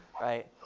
right